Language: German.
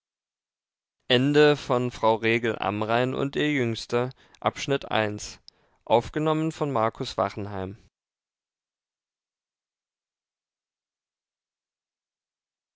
frau regel amrain und ihr jüngster